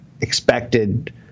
expected